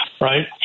right